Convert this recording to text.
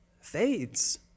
fades